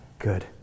good